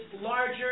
larger